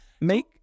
Make